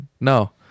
No